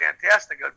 fantastic